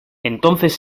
entonces